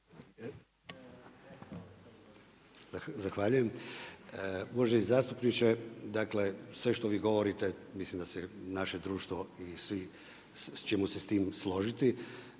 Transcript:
Ivan** Uvaženi zastupniče, dakle sve što vi govorite mislim da se naše društvo ćemo se s tim složiti.